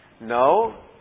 No